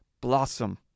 blossom